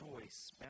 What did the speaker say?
choice